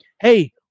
Hey